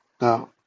Now